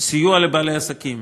סיוע לבעלי עסקים.